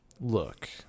Look